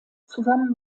zusammen